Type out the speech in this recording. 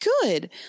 good